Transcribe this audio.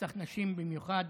רצח נשים הוא במיוחד